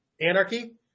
anarchy